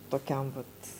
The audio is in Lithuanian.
tokiam vat